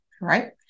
right